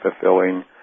fulfilling